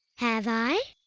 have i?